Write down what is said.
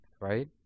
right